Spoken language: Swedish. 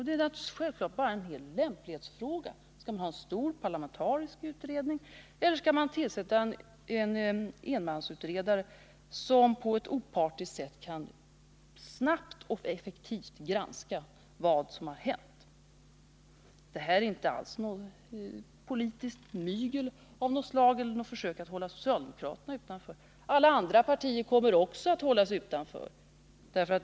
Det är självfallet bara en lämplighetsfråga om man väljer att göra en stor parlamentarisk utredning eller tillsätter en enmansutredare, som på ett opartiskt sätt snabbt och effektivt kan granska vad som har hänt. Det här är inte alls något politiskt mygel eller något försök att hålla socialdemokraterna utanför. Alla andra partier kommer också att hållas utanför.